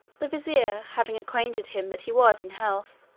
the vizier having acquainted him that he was in health,